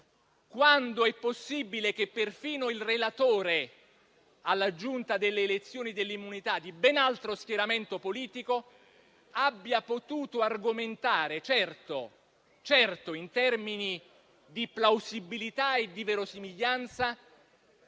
quando è possibile che perfino il relatore alla Giunta delle elezioni e delle immunità, di ben altro schieramento politico, abbia potuto argomentare - certo in termini di plausibilità e di verosimiglianza